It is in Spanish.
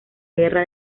guerra